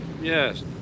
Yes